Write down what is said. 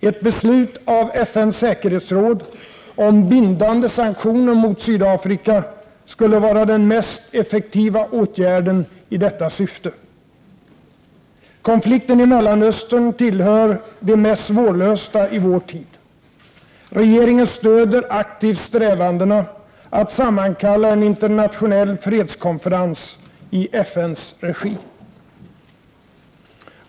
Ett beslut av FN:s säkerhetsråd, om bindande sanktioner mot Sydafrika, skulle vara den mest effektiva åtgärden i detta syfte. Konflikten i Mellanöstern tillhör de mest svårlösta i vår tid. Regeringen stöder aktivt strävandena att sammankalla en internationell fredskonferens i FN:s regi.